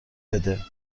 بده